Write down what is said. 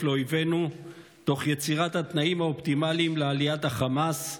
לאויבינו תוך יצירת התנאים האופטימליים לעליית החמאס,